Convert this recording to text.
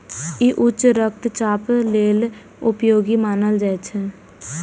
ई उच्च रक्तचाप लेल उपयोगी मानल जाइ छै